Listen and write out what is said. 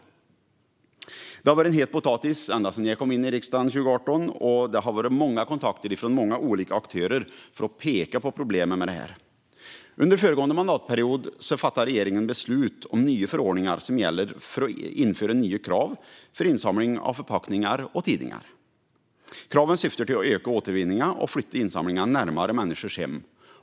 Detta har varit en het potatis ända sedan jag kom in i riksdagen 2018, och det har varit många kontakter från många olika aktörer för att peka på problemet med detta. Under föregående mandatperiod fattade regeringen beslut om nya förordningar som gäller för att införa nya krav för insamling av förpackningar och tidningar. Kraven syftar till att öka återvinningen och flytta insamlingen närmare människors hem.